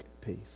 peace